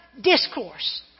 discourse